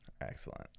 Excellent